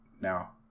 now